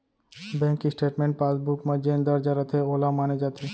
bank statement passbook म जेन दर्ज रथे वोला माने जाथे